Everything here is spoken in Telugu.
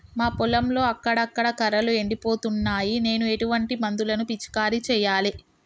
మా పొలంలో అక్కడక్కడ కర్రలు ఎండిపోతున్నాయి నేను ఎటువంటి మందులను పిచికారీ చెయ్యాలే?